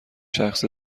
شخص